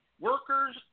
workers